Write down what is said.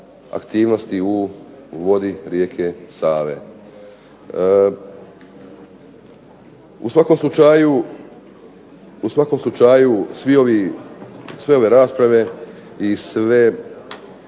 aktivnosti u vodi rijeke Save. U svakom slučaju sve ove rasprave i svi